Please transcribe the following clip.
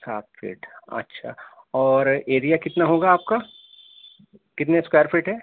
سات فیٹ اچھا اور ایریا کتنا ہوگا آپ کا کتنے اسکوائر فیٹ ہے